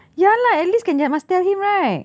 ya lah at least can just must tell him right